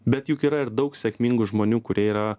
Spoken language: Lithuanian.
bet juk yra ir daug sėkmingų žmonių kurie yra